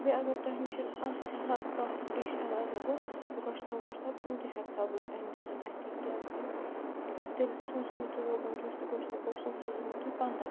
بیٚیہِ اگر تۄہہِ نِش آسہِ ہا کانٛہہ ڈِش ایٚویلیبٕل گۄشتاب وۄشتاب تِم تہِ ہیٚکہٕ ہا بہٕ أنِتھ اَتی کیٛازِکہِ ٲں تیٚلہِ سوٗزِو مےٚ تُہۍ روغَن جوش تہٕ گۄشتاب گۄشتاب سوٗزِو مےٚ تُہۍ پنٛداہ